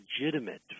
legitimate